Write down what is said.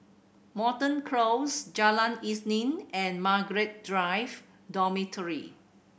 Moreton Close Jalan Isnin and Margaret Drive Dormitory